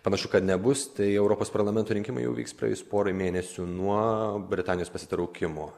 panašu kad nebus tai europos parlamento rinkimai jau vyks praėjus porai mėnesių nuo britanijos pasitraukimo